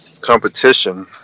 competition